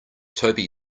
toby